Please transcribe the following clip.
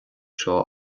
seo